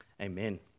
Amen